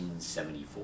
1974